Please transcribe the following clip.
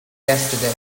yesterday